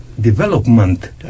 development